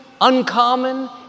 uncommon